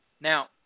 Now